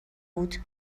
بود